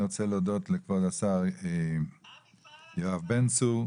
אני רוצה להודות לכבוד השר יואב בן צור,